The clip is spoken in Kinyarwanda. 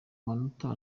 manota